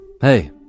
Hey